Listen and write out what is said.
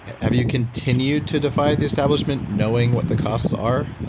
have you continued to defy the establishment knowing what the costs are?